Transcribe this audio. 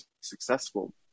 successful